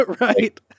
Right